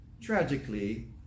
tragically